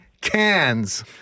Cans